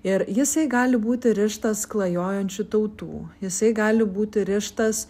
ir jisai gali būti rištas klajojančių tautų jisai gali būti rištas